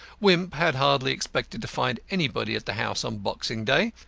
wimp had hardly expected to find anybody at the house on boxing day,